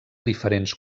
diferents